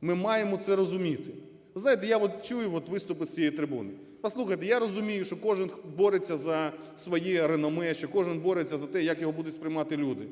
Ми маємо це розуміти. Ви знаєте, я от чую виступи з цієї трибуни, послухайте, я розумію, що кожен бореться за своє реноме, що кожен бореться за те, як його будуть сприймати люди.